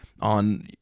on